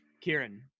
Kieran